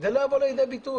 זה לא יבוא לידי ביטוי.